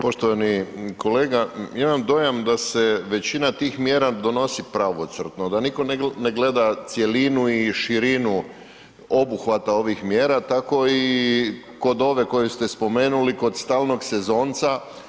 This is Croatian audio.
Poštovani kolega, imam dojam da se većina tih mjera donosi pravocrtno, da niko ne gleda cjelinu i širinu obuhvata ovih mjera tako i kod ove koje ste spomenuli, kod stalnog sezonca.